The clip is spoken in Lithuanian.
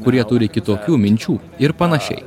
kurie turi kitokių minčių ir panašiai